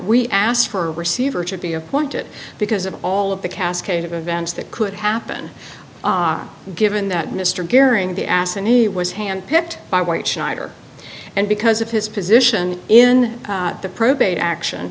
we asked for a receiver to be appointed because of all of the cascade of events that could happen given that mr gehring the ass and he was handpicked by white schneider and because of his position in the probate action